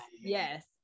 yes